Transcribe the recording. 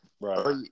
Right